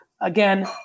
Again